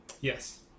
Yes